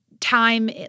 time